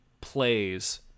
plays